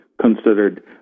considered